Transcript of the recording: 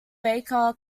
baker